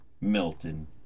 milton